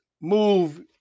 move